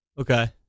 Okay